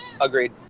Agreed